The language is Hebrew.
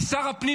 כי שר הפנים,